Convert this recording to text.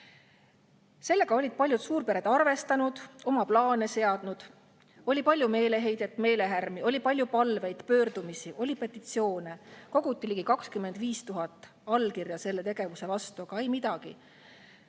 tõusuga] olid paljud suurpered arvestanud, oma plaane seadnud. Oli palju meeleheidet, meelehärmi. Oli palju palveid, pöördumisi. Oli petitsioone: koguti ligi 25 000 allkirja selle tegevuse vastu, aga ei midagi.